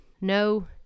No